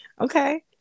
Okay